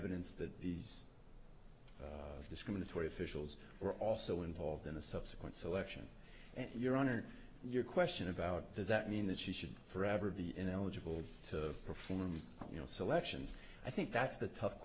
evidence that these discriminatory officials were also involved in the subsequent selection and your honor your question about does that mean that she should forever be eligible to perform you know selections i think that's the tough